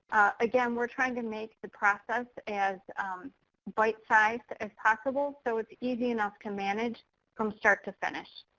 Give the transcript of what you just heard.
again, we're trying to make the process as right-sized as possible so it's easy enough to manage from start to finish.